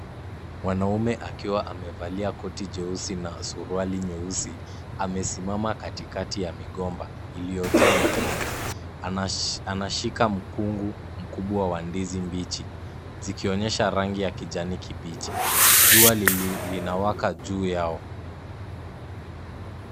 Mwanaume akiwa amevalia koti jeusi na suruali nyeusi amesimama katikati ya migomba iliyojaa matunda. Anashika mkungu mkubwa wa ndizi mbichi zikionyesha rangi ya kijani kibichi. Jua linawaka juu yao.